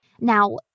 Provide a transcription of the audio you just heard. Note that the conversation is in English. Now